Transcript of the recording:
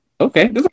Okay